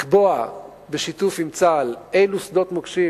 לקבוע בשיתוף עם צה"ל אילו שדות מוקשים